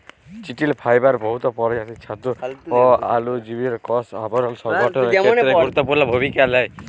চিটিল ফাইবার বহুত পরজাতির ছাতু অ অলুজীবের কষ আবরল সংগঠলের খ্যেত্রে গুরুত্তপুর্ল ভূমিকা লেই